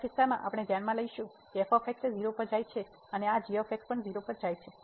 બીજા કિસ્સામાં આપણે ધ્યાનમાં લઈશું કે f 0 પર જાય છે અને આ g 0 પર જાય છે